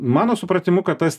mano supratimu kad tas